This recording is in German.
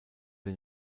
les